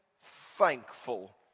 thankful